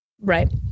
Right